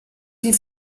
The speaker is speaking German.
die